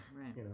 right